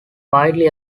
widely